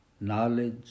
knowledge